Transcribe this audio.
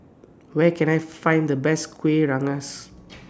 Where Can I Find The Best Kueh Rengas